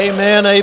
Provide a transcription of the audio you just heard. Amen